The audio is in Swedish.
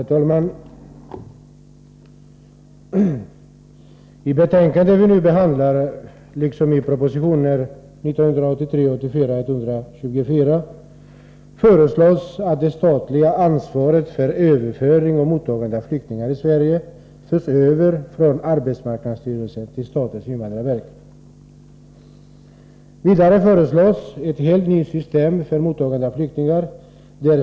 Herr talman! I det betänkande vi nu behandlar liksom i proposisitionen 1983/84:124 föreslås att det statliga ansvaret för överföring och mottagande av flyktingar i Sverige förs över från arbetsmarknadsstyrelsen till statens invandrarverk. Vidare föreslås ett helt nytt system för mottagande av flyktingar.